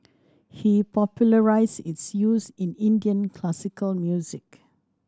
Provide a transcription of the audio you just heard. he popularised its use in Indian classical music